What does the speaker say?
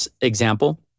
example